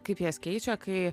kaip jas keičia kai